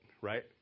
right